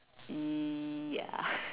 ya